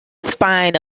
spine